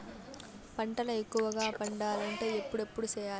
పంటల ఎక్కువగా పండాలంటే ఎప్పుడెప్పుడు సేయాలి?